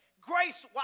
grace